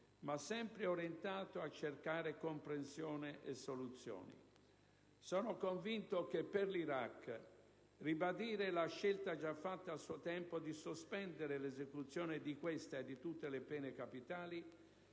ma sempre orientato a cercare comprensione e soluzioni. Sono convinto che per l'Iraq ribadire la scelta già fatta a suo tempo di sospendere l'esecuzione di questa e di tutte le pene capitali